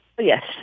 Yes